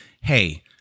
hey